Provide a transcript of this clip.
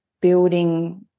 building